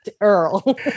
Earl